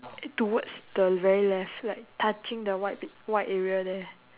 towards the very left like touching the white pic~ white area there